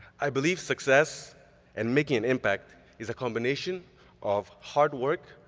i believe success and making an impact is a combination of hard work,